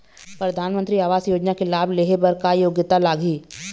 परधानमंतरी आवास योजना के लाभ ले हे बर का योग्यता लाग ही?